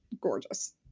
gorgeous